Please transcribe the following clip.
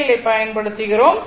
L ஐப் பயன் படுத்துகிறோம்